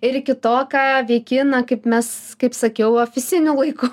ir iki to ką veiki na kaip mes kaip sakiau ofisiniu laiku